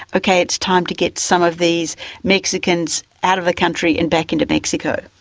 okay, it's time to get some of these mexicans out of the country and back into mexico?